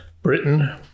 Britain